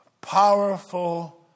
powerful